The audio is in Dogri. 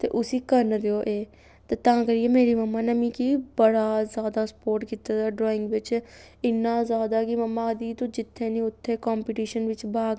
ते उस्सी करन देओ एह् ते तां करियै मेरी मम्मा ने मिगी बड़ा जैदा सपोर्ट कीते दा ड्राइंग बिच्च इन्ना जैदा कि मम्मा आखदी ही तूं जित्थै निं उत्थै कंपीटीशन बिच्च भाग लै